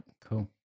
Cool